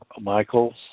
Michael